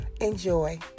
Enjoy